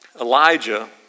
Elijah